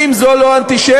אם זו לא אנטישמיות,